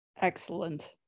Excellent